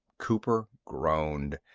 cooper groaned.